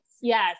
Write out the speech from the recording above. yes